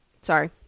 sorry